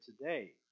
today